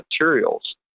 materials